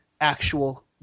actual